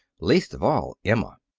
least of all emma.